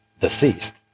deceased